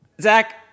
Zach